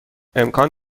امکان